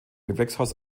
gewächshaus